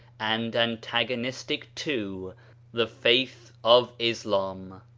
and antagonistic to the faith of islam.